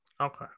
Okay